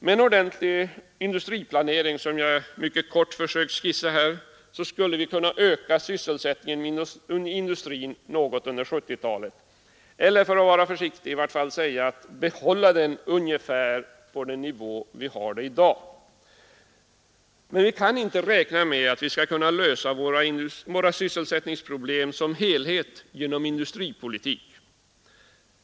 Med en ordentlig industriplanering, som jag mycket kort försökt att skissera här, skulle vi kunna öka sysselsättningen inom industrin något under 1970-talet eller — för att vara försiktig — i varje fall behålla den ungefär på den nivå där vi har den i dag. Men vi kan inte räkna med att vi skall kunna lösa våra sysselsättningsproblem som helhet inom vår industripolitik.